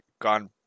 gone